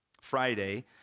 Friday